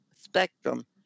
spectrum